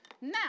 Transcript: Now